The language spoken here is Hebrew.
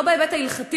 לא בהיבט ההלכתי.